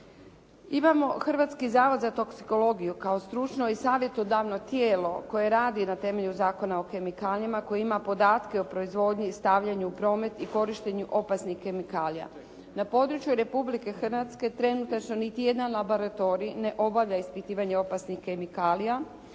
Hrvatski zavod za toksikologiju kao stručno i savjetodavno tijelo koje radi na temelju Zakona o kemikalijama, koje ima podatke o proizvodnji i stavljanju u promet i korištenju opasnih kemikalija. Na području Republike Hrvatske trenutačno niti jedan laboratorij ne obavlja ispitivanje opasnih kemikalija